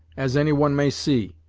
as any one may see,